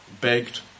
begged